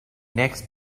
next